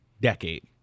decade